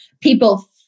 people